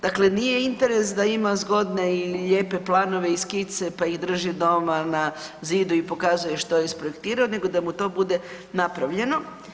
Dakle, nije interes da ima zgodne i lijepe planove i skice pa ih drži doma na zidu i pokazuje što je isprojektirao, nego da mu to bude napravljeno.